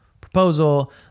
proposal